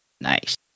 Nice